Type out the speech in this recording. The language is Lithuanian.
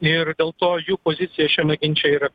ir dėl to jų pozicija šiame ginče yra